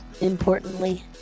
importantly